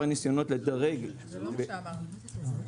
זה לא מה שאמרנו.